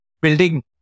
building